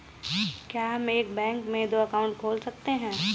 क्या हम एक बैंक में दो अकाउंट खोल सकते हैं?